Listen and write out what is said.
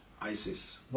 ISIS